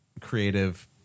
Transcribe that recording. creative